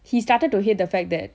he started to hate the fact that